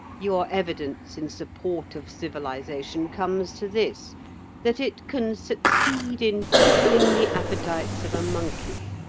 your evidence in support of civilisation comes to this that it can succeed in tickling the appetites of a monkey.